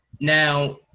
now